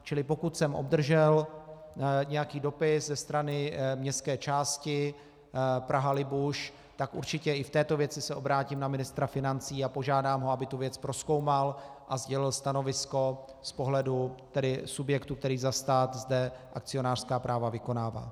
Čili pokud jsem obdržel nějaký dopis ze strany městské části PrahaLibuš, tak určitě i v této věci se obrátím na ministra financí a požádám ho, aby tu věc prozkoumal a sdělil stanovisko z pohledu subjektu, který zde za stát akcionářská práva vykonává.